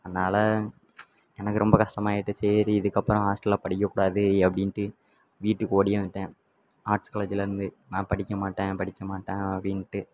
அதனால் எனக்கு ரொம்ப கஷ்டமா ஆகிட்டு சரி இதுக்கப்புறம் ஹாஸ்டலில் படிக்கக்கூடாது அப்படின்ட்டு வீட்டுக்கு ஓடி வந்துவிட்டேன் ஆர்ட்ஸ் காலேஜ்ஜில் இருந்து நான் படிக்க மாட்டேன் படிக்க மாட்டேன் அப்படின்ட்டு